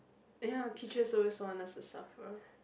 ya teachers always want us to suffer